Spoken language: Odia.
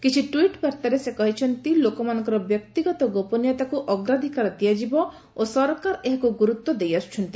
କିଛି ଟ୍ୱିଟ୍ ବାର୍ତ୍ତାରେ ସେ କହିଛନ୍ତି ଲୋକମାନଙ୍କର ବ୍ୟକ୍ତିଗତ ଗୋପନୀୟତାକୁ ଅଗ୍ରାଧିକାର ଦିଆଯିବ ଓ ସରକାର ଏହାକୁ ଗୁରୁତ୍ୱ ଦେଇ ଆସୁଛନ୍ତି